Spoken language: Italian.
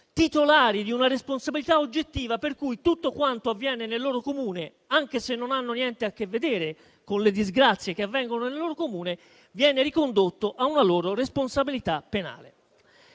titolari di una responsabilità oggettiva, per cui tutto quanto avviene nel loro Comune, anche se non hanno niente a che vedere con eventuali disgrazie, viene ricondotto a una loro responsabilità penale.